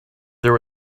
there